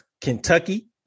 kentucky